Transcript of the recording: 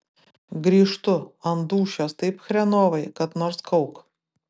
grįžtu ant dūšios taip chrenovai kad nors kauk